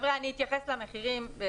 אני אתייחס למחירים.